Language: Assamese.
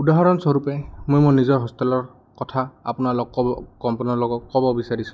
উদাহৰণস্বৰূপে মই মোৰ নিজৰ হোষ্টেলৰ কথা আপোনাৰ লগত ক'ব ক'ব আপোনাৰ লগত ক'ব বিচাৰিছোঁ